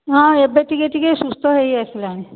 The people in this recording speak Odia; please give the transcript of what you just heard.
ହଁ ଏବେ ଟିକିଏ ଟିକିଏ ସୁସ୍ଥ ହେଇ ଆସିଲାଣି